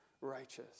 righteous